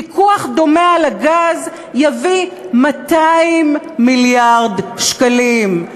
פיקוח דומה על הגז יביא 200 מיליארד שקלים.